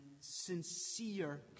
sincere